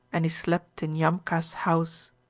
and he slept in yamka's house.